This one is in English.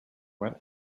what